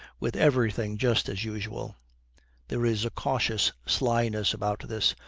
with everything just as usual there is a cautious slyness about this,